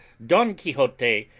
don quixote,